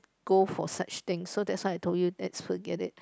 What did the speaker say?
go for such things so that's why I told you let's forget it